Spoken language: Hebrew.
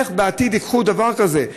איך בעתיד ייקחו דבר כזה?